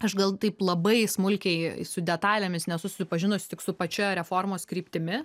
aš gal taip labai smulkiai su detalėmis nesu susipažinus tik su pačia reformos kryptimi